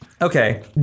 Okay